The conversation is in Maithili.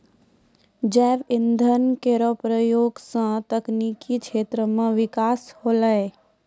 जैव इंधन केरो प्रयोग सँ तकनीकी क्षेत्र म बिकास होलै